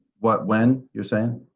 what when, you're saying?